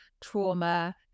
trauma